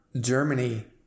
Germany